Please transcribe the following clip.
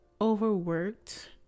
overworked